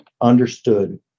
understood